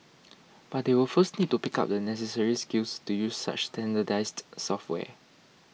but they will first need to pick up the necessary skills to use such standardized software